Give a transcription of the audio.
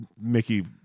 Mickey